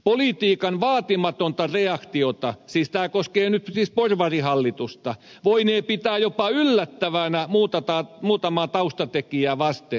politiikan vaatimatonta reaktiota tämä koskee nyt siis porvarihallitusta voinee pitää jopa yllättävänä muutamaa taustatekijää vasten